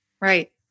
Right